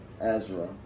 Ezra